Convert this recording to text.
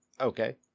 Okay